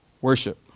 worship